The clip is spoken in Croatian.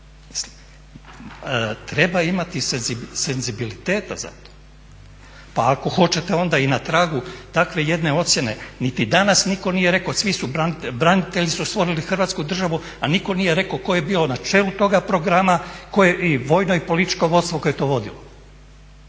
Treba imati senzibiliteta za to, pa ako hoćete onda i na tragu takve jedne ocjene niti danas nitko nije rekao, branitelji su stvorili Hrvatsku državu, a nitko nije rekao tko je bio na čelu toga programa i vojno i političko vodstvo koje je to vodilo.